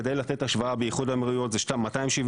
כדי לתת השוואה, באיחוד האמירויות זה 276%,